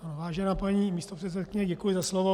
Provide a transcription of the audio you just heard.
Vážená paní místopředsedkyně, děkuji za slovo.